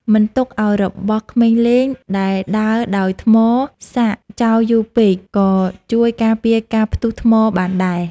មិនទុកឱ្យរបស់ក្មេងលេងដែលដើរដោយថ្មសាកចោលយូរពេកក៏ជួយការពារការផ្ទុះថ្មបានដែរ។